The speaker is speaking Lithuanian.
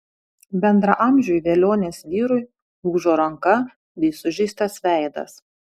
bendraamžiui velionės vyrui lūžo ranka bei sužeistas veidas